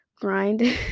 Grind